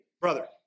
brother